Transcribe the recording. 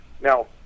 Now